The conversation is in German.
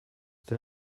den